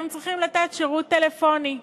הם צריכים לתת שירות טלפוני,